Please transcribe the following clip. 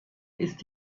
ist